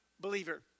believer